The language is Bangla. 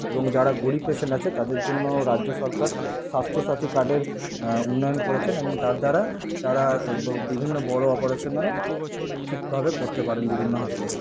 এবং যারা গরিব পেসেন্ট আছে তাদের জন্যও রাজ্য সরকার স্বাস্থ্য সাথী কার্ডের উন্নয়ন করেছেন এবং তার দ্বারা তারা বিভিন্ন বড়ো অপারেশনেরও ঠিক ভাবে করতে পারেন বিভিন্ন হাসপাতালে